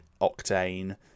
octane